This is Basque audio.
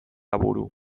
aburu